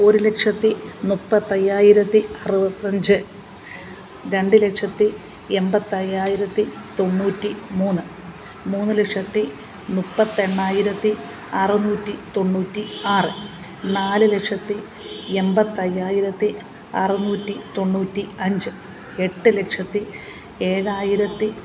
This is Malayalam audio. ഒരു ലക്ഷത്തി മുപ്പത്തി അയ്യായിരത്തി അറുപത്തിയഞ്ച് രണ്ട് ലക്ഷത്തി എണ്പത്തി അയ്യായിരത്തി തൊണ്ണൂറ്റി മൂന്ന് മൂന്ന് ലക്ഷത്തി മുപ്പത്തി എണ്ണായിരത്തി അറുനൂറ്റി തൊണ്ണൂറ്റി ആറ് നാല് ലക്ഷത്തി എണ്പത്തി അയ്യായിരത്തി അറുനൂറ്റി തൊണ്ണൂറ്റി അഞ്ച് എട്ട് ലക്ഷത്തി ഏഴായിരത്തി